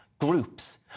Groups